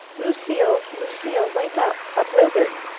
lucile! lucile! wake up? a blizzard!